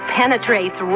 penetrates